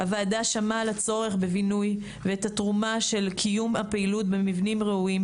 הוועדה שמעה על הצורך בבינוי ואת התרומה של קיום הפעילות במבנים ראויים.